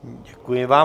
Děkuji vám.